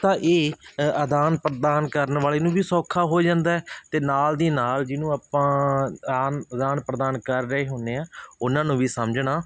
ਤਾਂ ਇਹ ਅਦਾਨ ਪ੍ਰਦਾਨ ਕਰਨ ਵਾਲੇ ਨੂੰ ਵੀ ਸੌਖਾ ਹੋ ਜਾਂਦਾ ਅਤੇ ਨਾਲ ਦੀ ਨਾਲ ਜਿਹਨੂੰ ਆਪਾਂ ਆਨ ਆਦਾਨ ਪ੍ਰਦਾਨ ਕਰ ਰਹੇ ਹੁੰਦੇ ਹਾਂ ਉਹਨਾਂ ਨੂੰ ਵੀ ਸਮਝਣਾ